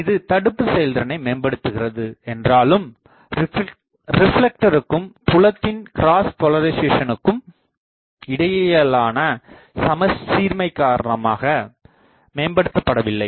இது தடுப்பு செயல்திறனை மேம்படுத்துகிறது என்றாலும் ரிப்லெக்டருக்கும் புலத்தின் கிராஸ் போலரிசாசனுக்கும் இடையிலான சமச்சீர்மை காரணமாக மேம்படுத்தப்படவில்லை